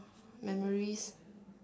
memories